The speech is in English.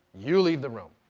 you leave the room.